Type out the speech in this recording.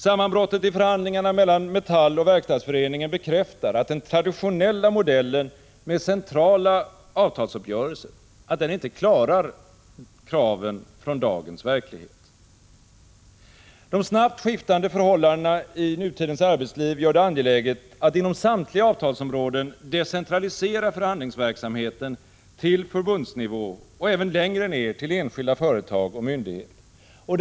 Sammanbrottet i förhandlingarna mellan Metall och Verkstadsföreningen bekräftar att den traditionella modellen med centrala avtalsuppgörelser inte klarar kraven från dagens verklighet. De snabbt skiftande förhållandena i nutidens arbetsliv gör det angeläget att inom samtliga avtalsområden decentralisera förhandlingsverksamheten till förbundsnivå och även längre ner till enskilda företag och myndigheter.